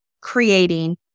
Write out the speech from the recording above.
creating